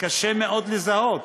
קשה מאוד לזהות.